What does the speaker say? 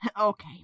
Okay